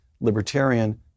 libertarian